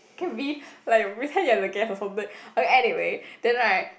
can be like pretend you are the guest or something okay anyway then right